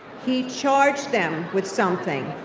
he charged them with something,